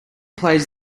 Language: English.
plays